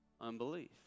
unbelief